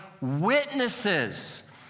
witnesses